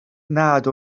nad